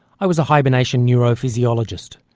i was a hibernation neurophysiologist,